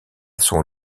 son